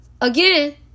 again